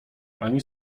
ani